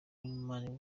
man